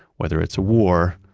whether it's a war,